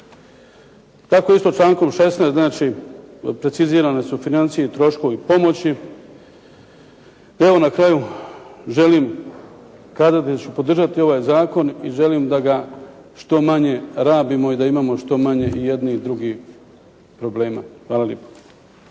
Tako isto člankom 16. precizirane su financije i troškovi pomoći. Evo na kraju želim kazat da ću podržat ovaj zakon i želim da ga što manje rabimo i da imamo što manje i jedni i drugi problema. Hvala lijepo.